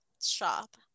shop